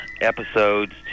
episodes